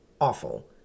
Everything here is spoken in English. awful